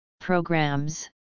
programs